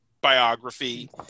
biography